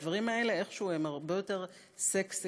הדברים האלה איכשהו הם הרבה יותר "סקסיים",